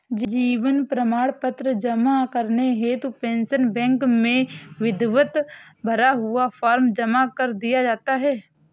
जीवन प्रमाण पत्र जमा करने हेतु पेंशन बैंक में विधिवत भरा हुआ फॉर्म जमा कर दिया जाता है